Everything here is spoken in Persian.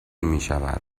میشود